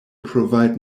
provide